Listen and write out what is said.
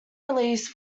release